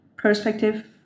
perspective